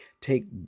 take